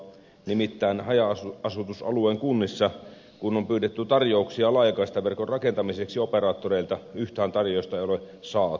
nimittäin kun haja asutusalueen kunnissa on pyydetty operaattoreilta tarjouksia laajakaistaverkon rakentamiseksi yhtään tarjousta ei ole saatu